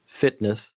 Fitness